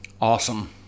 Awesome